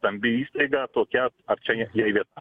stambi įstaiga tokia ar čia jai vieta